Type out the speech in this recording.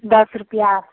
दस रुपैआ